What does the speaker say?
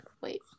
Wait